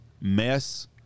mess